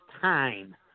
time